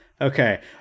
Okay